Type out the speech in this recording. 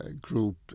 group